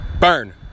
Burn